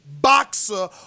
boxer